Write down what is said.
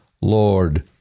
Lord